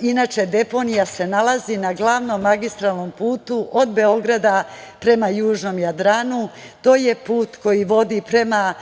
Inače, deponija se nalazi na glavnom magistralnom putu od Beograda prema južnom Jadranu. To je put koji vodi prema